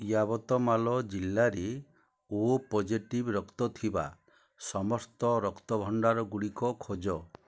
ୟାବତମାଲ ଜିଲ୍ଲାରେ O positive ରକ୍ତ ଥିବା ସମସ୍ତ ରକ୍ତ ଭଣ୍ଡାର ଗୁଡ଼ିକ ଖୋଜ